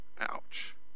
ouch